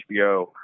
HBO